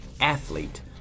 athlete